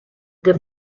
der